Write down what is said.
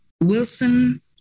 Wilson